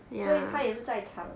所以他也是在场